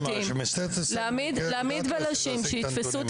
להעמיד בלשים שיתפסו?